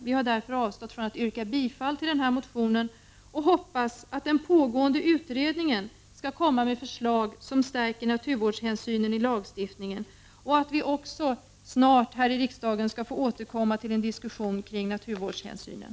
Vi har därför avstått från att yrka bifall till motionen och hoppas i stället att den pågående utredningen skall lägga fram förslag som stärker naturvårdshänsynen i lagstiftningen. Vi hoppas att också snart få återkomma till en diskussion här i riksdagen kring naturvårdshänsynen.